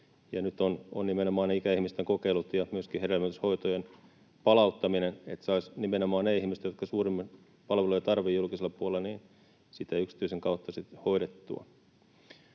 nyt nimenomaan ne ikäihmisten kokeilut ja myöskin hedelmöityshoitojen palauttaminen — että nimenomaan ne ihmiset, jotka suuremmin palveluja tarvitsevat julkisella puolella, saisivat niitä yksityisen kautta sitten